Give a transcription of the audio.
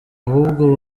ahubwo